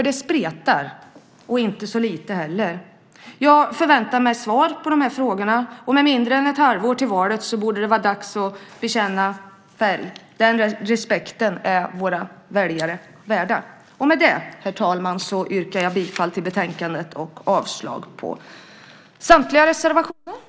Det spretar - inte så lite heller. Jag förväntar mig svar på frågorna. Med mindre än ett halvår till valet borde det vara dags att bekänna färg. Den respekten är våra väljare värda! Med detta, herr talman, yrkar jag bifall till förslaget i betänkandet och avslag på samtliga reservationer.